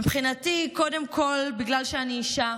מבחינתי קודם כול בגלל שאני אישה,